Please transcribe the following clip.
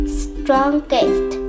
strongest